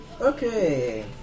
Okay